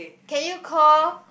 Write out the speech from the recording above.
can you call